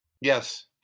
Yes